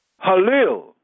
Halil